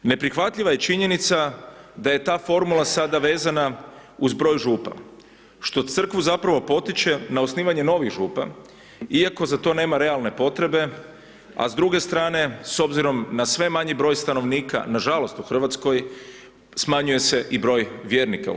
Neprihvatljiva je činjenica da je ta formula sada vezana uz broj župa, što crkvu zapravo potiče na osnivanje novih župa iako za to nema realne potrebe, a s druge strane s obzirom na sve manji broj stanovnika, nažalost, u RH smanjuje se i broj vjernika u RH.